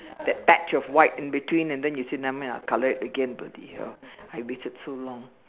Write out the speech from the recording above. that patch of white in between and then you say nevermind I color it again bloody hell I waited so long